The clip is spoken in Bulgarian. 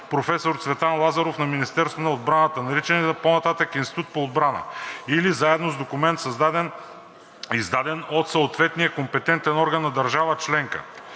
„Професор Цветан Лазаров“ на Министерството на отбраната, наричан по-нататък „Института по отбрана“, или заедно с документ, издаден от съответния компетентен орган на държава членка.“